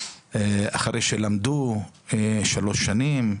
אחרי שלמדו שלוש שנים,